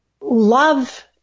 love